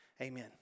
Amen